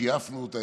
שייפנו אותה,